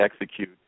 execute